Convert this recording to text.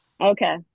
Okay